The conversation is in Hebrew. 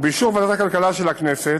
ובאישור ועדת הכלכלה של הכנסת,